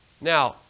Now